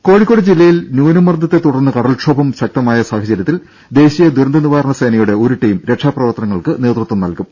രുഭ കോഴിക്കോട് ജില്ലയിൽ ന്യൂനമർദ്ദത്തെ തുടർന്ന് കടൽക്ഷോഭം ശക്തമായ സാഹചര്യത്തിൽ ദേശീയ ദുരന്ത നിവാരണ സേനയുടെ ഒരു ടീം രക്ഷാപ്രവർത്തനങ്ങൾക്ക് നേതൃത്വം നൽകും